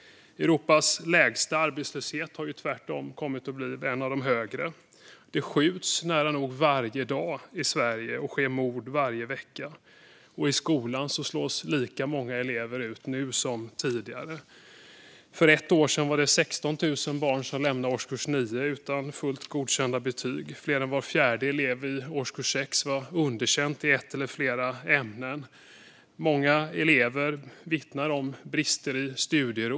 "Europas lägsta arbetslöshet" har tvärtom kommit att bli en av de högre. Det skjuts nära nog varje dag i Sverige, och det sker mord varje vecka. I skolan slås lika många elever ut nu som tidigare. För ett år sedan var det 16 000 barn som lämnade årskurs 9 utan fullt godkända betyg. Mer än var fjärde elev i årskurs 6 fick underkänt i ett eller flera ämnen. Många elever vittnar om brister i studieron.